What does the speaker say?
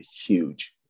huge